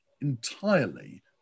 entirely